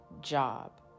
job